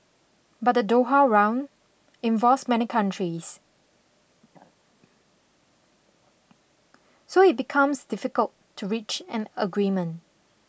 but the Doha Round involves many countries so it becomes difficult to reach an agreement